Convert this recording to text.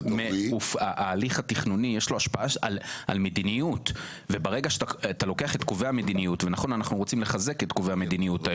להליך התכנוני יש השפעה על מדיניות וברגע שאתה לוקח את קובעי המדיניות,